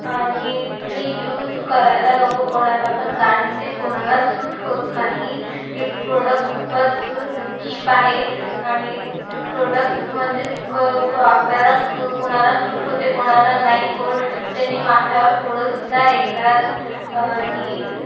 आणि ते यूज करायला नको कोणालापण कारण की ते कोणालाच सूट होत नाही ते प्रोडक्ट खूपच चीप आहे आणि ते प्रोडक्ट म्हणजे क डू आपल्याला कोणाला सूट होते कोणाला नाही होत त्यानी माथ्यावर फोडंसुद्धा येतात आणि